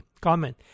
Comment